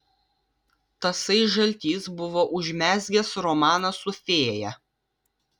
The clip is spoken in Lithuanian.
tasai žaltys buvo užmezgęs romaną su fėja